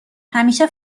همیشه